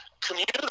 community